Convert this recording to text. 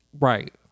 right